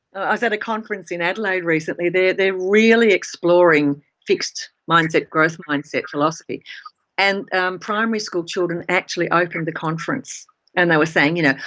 i was at a conference in adelaide recently, they're really exploring fixed mindset, growth mindset philosophy and primary school children actually opened the conference and they were saying you know,